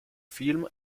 film